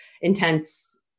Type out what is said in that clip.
intense